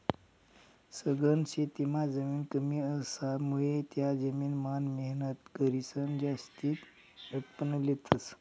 सघन शेतीमां जमीन कमी असामुये त्या जमीन मान मेहनत करीसन जास्तीन उत्पन्न लेतस